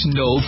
no